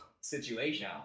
situation